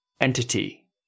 entity